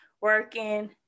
working